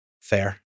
fair